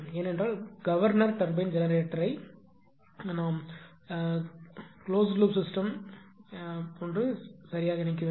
ஏனென்றால் governor turbine ஜெனரேட்டரை எல்லாம் நாம் கிலோஸ்டு லூப் சிஸ்டம் சரியாக இணைக்க வேண்டும்